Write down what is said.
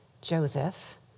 Joseph